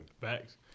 Facts